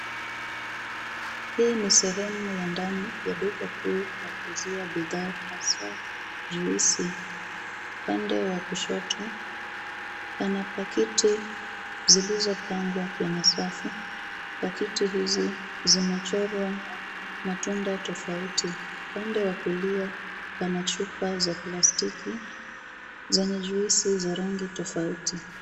Hii ni sehemu ya ndani ya duka kuu la kuuzia bidhaa hasaa jwisi. Upande wa kushoto pana paketi zilizopangwa kwa safu. Paketi hizi zimechorwa matunda tofauti. Upande wa kulia pana chupa za plastiki zenye jwisi za rangi tofauti.